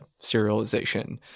serialization